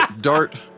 Dart